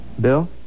Bill